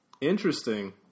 Interesting